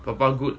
pogba good